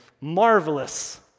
Marvelous